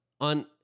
on